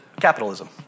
capitalism